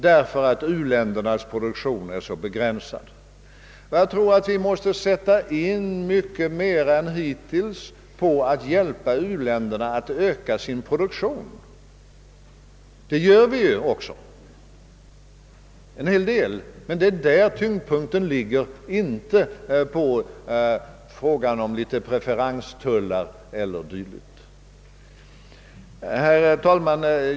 U-ländernas produktion är ju mycket begränsad. Det centrala i våra hjälpaktioner är därför att göra större insatser än hittills för att hjälpa u-länderna att öka produktionen. Vi sätter in en hel del hjälpåtgärder, men tyngdpunkten måste ligga just på det här planet och inte på frågan om preferenstullar och dylikt. Herr talman!